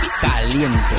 caliente